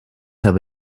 have